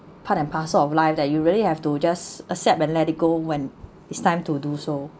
part and parcel of life that you really have to just accept and let it go when it's time to do so